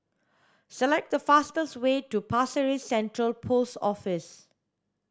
select the fastest way to Pasir Ris Central Post Office